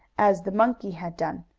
as the monkey had done.